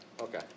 okay